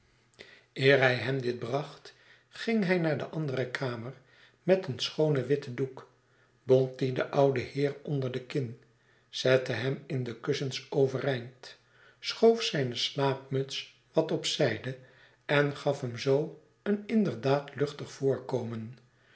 hij hem dit bracht ging hij naar de andere kamer met een schoonen witten doek bond dien den ouden heer onder de kin zette hem in de kussens overeind school zijne slaapmuts wat op zijde en gaf hem zoo een inderdaad luchtig voorkomen